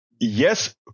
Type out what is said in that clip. Yes